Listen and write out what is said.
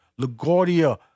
LaGuardia